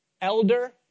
elder